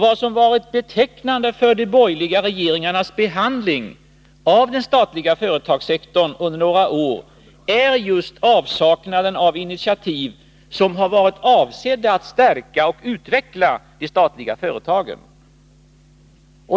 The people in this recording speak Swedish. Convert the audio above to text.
Vad som har varit betecknande för de borgerliga regeringarnas behandling av den statliga företagssektorn är avsaknaden av initiativ som varit avsedda att stärka och utveckla de statliga företagen.